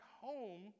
home